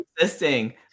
existing